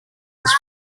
his